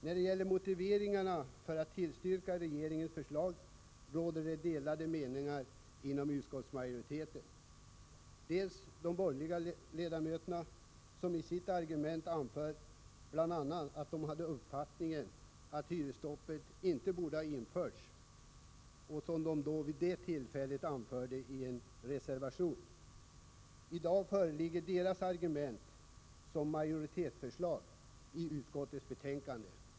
; När det gäller motiveringarna för att tillstyrka regeringens förslag råder det delade meningar inom utskottsmajoriteten. De borgerliga ledamöterna anför att hyresstoppet inte borde ha införts. Detta framhöll de i en reservation till bostadsutskottets betänkande 1983/84:33. I dag föreligger deras argument som majoritetsförslag i utskottets betänkande.